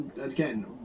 again